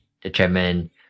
determine